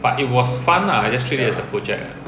but it was fun lah I just treat it as a project